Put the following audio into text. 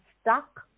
stuck